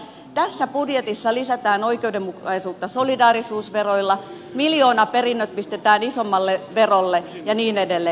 tässä budjetissa lisätään oikeudenmukaisuutta solidaarisuusveroilla miljoonaperinnöt pistetään isommalle verolle ja niin edelleen